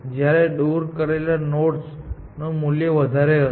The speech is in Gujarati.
જ્યારે દૂર રહેલા નોડ્સ નું મૂલ્ય વધારે હશે